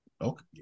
okay